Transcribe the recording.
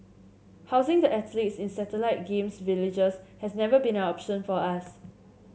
housing the athletes in satellite Games Villages has never been an option for us